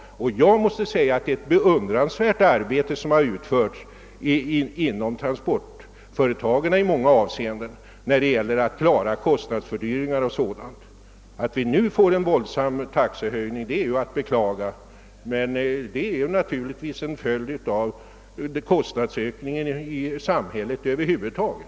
Det är ett i många avseenden beundransvärt arbete som utförts av trafikföretagen när det gällt. att klara kostnadsfördyringarna. Att vi nu får en våldsam taxehöjning är att beklaga, men det är en följd av kostnadsökningarna över huvud taget i samhället.